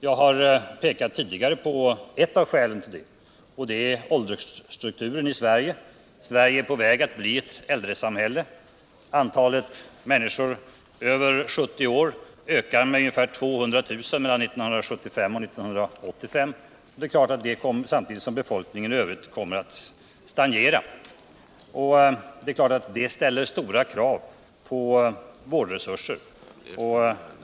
Jag har tidigare pekat på ett av skälen till det, nämligen åldersstrukturen i Sverige. Sverige är på väg att bli ett äldresamhälle. Antalet människor över 70 år ökar med ungefär 200 000 mellan åren 1975 och 1985 samtidigt som befolkningen i övrigt kommer att stagnera. Det är klart att detta ställer stora krav på bl.a. våra vårdresurser.